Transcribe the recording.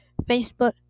Facebook